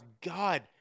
god